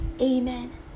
Amen